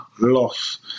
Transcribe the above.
loss